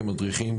כמדריכים,